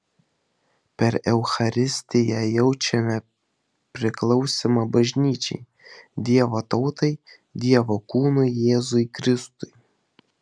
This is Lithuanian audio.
per eucharistiją jaučiame priklausymą bažnyčiai dievo tautai dievo kūnui jėzui kristui